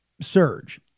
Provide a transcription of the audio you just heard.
surge